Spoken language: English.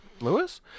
Lewis